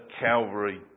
Calvary